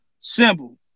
Simple